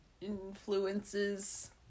influences